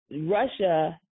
Russia –